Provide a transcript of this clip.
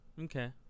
Okay